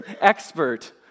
expert